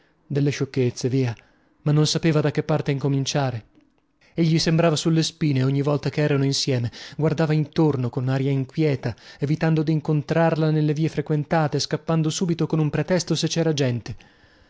delle sciocchezze ma non sapeva da che parte incominciare egli sembrava sulle spine ogni volta cherano insieme guardava intorno con aria inquieta evitando dincontrarla nelle vie frequentate scappando subito con un pretesto se cera gente